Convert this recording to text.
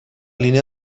línia